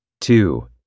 Two